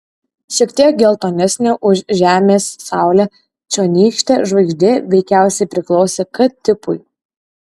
šiek tiek geltonesnė už žemės saulę čionykštė žvaigždė veikiausiai priklausė k tipui